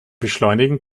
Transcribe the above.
beschleunigen